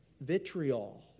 vitriol